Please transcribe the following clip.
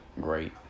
great